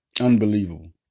Unbelievable